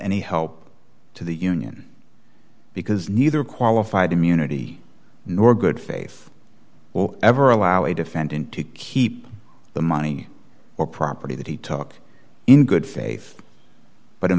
any help to the union because neither qualified immunity nor good faith will ever allow a defendant to keep the money or property that he took in good faith but in